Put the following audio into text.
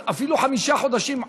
אפילו חמישה חודשים,